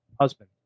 husband